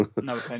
No